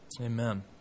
Amen